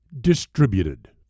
distributed